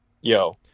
Yo